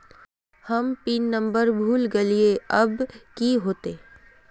हम pin number भूल गलिऐ अब की होते?